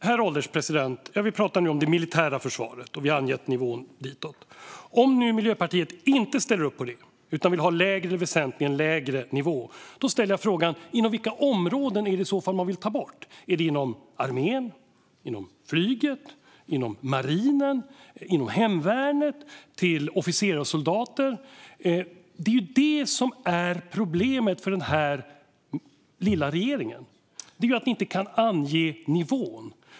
Herr ålderspresident! Vi pratar nu om det militära försvaret, och vi har angett nivån ditåt. Om nu Miljöpartiet inte ställer upp på det utan vill ha en lägre eller en väsentligen lägre nivå ställer jag frågan: Inom vilka områden vill man ta bort? Är det inom armén, inom flyget, inom marinen eller inom hemvärnet? Är det till officerare och soldater? Det är ju det som är problemet för den här lilla regeringen: att ni inte kan ange nivån.